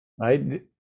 right